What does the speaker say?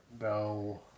No